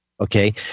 Okay